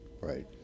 right